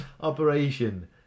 operation